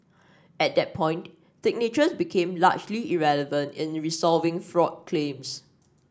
at that point signatures became largely irrelevant in resolving fraud claims